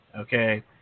okay